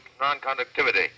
non-conductivity